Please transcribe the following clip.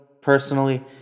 Personally